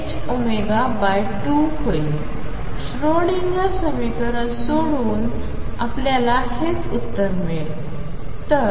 Schrodinger समीकरण सोडवून आपल्याला हेच उत्तर मिळेल